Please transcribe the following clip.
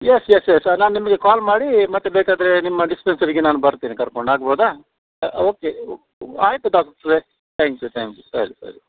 Yes yes yes ನಾನು ನಿಮಗೆ call ಮಾಡಿ ಮತ್ತೆ ಬೇಕಾದರೆ ನಿಮ್ಮ ಡಿಸ್ಪೆನ್ಸರಿಗೆ ನಾನು ಬರ್ತೇನೆ ಕರ್ಕೊಂಡು ಆಗ್ಬೋದಾ ಓಕೆ ಆಯಿತು ಡಾಕ್ಟ್ರೆ ತ್ಯಾಂಕ್ಸು ತ್ಯಾಂಕ್ಸ್ ಸರಿ ಸರಿ